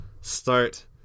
start